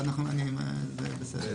זה בסדר.